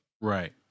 Right